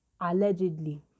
allegedly